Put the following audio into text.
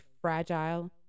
fragile